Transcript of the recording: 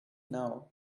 now